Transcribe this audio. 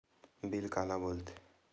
Bill काला बोल थे?